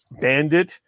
bandit